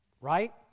right